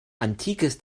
antikes